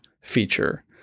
feature